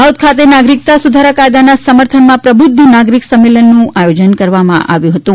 દાહોદ ખાતે નાગરિકતા સુધારા કાયદાના સમર્થનમાં પ્રબુધ્ધ નાગરિક સંમેલનનું આયોજન કરવામાં આવ્યુ હતુ